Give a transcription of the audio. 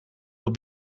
will